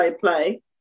play